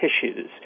tissues